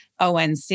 ONC